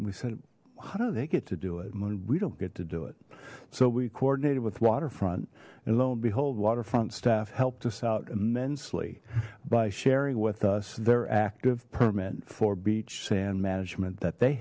we said why don't they get to do it we don't get to do it so we coordinated with waterfront and lo and behold waterfront staff helped us out immensely by sharing with us their active permit for beach sand management that they